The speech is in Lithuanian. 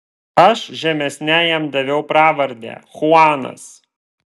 aš žemesniajam daviau pravardę chuanas